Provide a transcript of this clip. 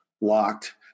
locked